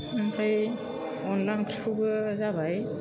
ओमफ्राय अनद्ला ओंख्रिखौबो जाबाय